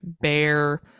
bear